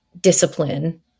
discipline